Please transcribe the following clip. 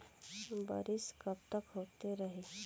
बरिस कबतक होते रही?